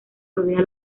rodea